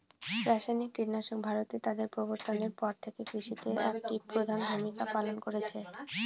রাসায়নিক কীটনাশক ভারতে তাদের প্রবর্তনের পর থেকে কৃষিতে একটি প্রধান ভূমিকা পালন করেছে